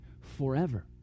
forever